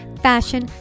fashion